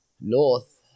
north